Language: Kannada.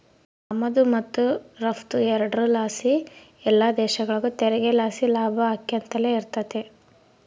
ಆಮದು ಮತ್ತು ರಫ್ತು ಎರಡುರ್ ಲಾಸಿ ಎಲ್ಲ ದೇಶಗುಳಿಗೂ ತೆರಿಗೆ ಲಾಸಿ ಲಾಭ ಆಕ್ಯಂತಲೆ ಇರ್ತತೆ